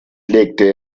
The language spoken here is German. legte